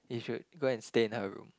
you should go and stay in her room